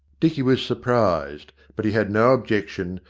dicky was sur prised but he had no objection,